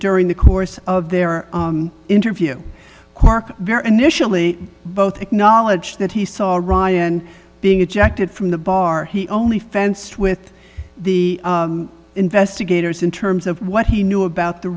during the course of their interview clarke initially both acknowledge that he saw ryan being ejected from the bar he only fenced with the investigators in terms of what he knew about the